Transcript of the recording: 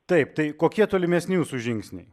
taip tai kokie tolimesni jūsų žingsniai